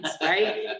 right